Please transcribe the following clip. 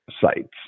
sites